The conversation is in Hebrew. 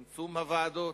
צמצום הוועדות,